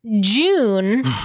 June